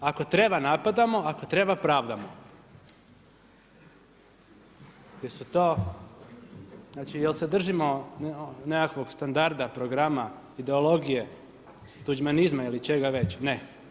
Ako treba napadamo, ako treba pravdamo, jel su to, jer se držimo nekakvog standarda, programa, ideologije, tuđmanizma ili čega već, ne.